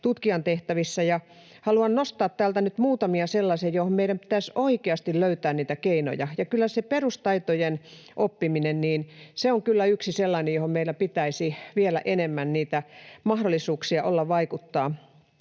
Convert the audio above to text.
tutkijan tehtävissä, ja haluan nostaa täältä nyt muutamia sellaisia, joihin meidän pitäisi oikeasti löytää niitä keinoja. Kyllä se perustaitojen oppiminen on yksi sellainen, johon meillä pitäisi olla vielä enemmän niitä mahdollisuuksia vaikuttaa.